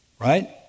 Right